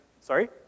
sorry